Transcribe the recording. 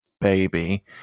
baby